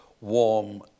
warm